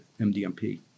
MDMP